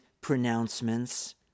pronouncements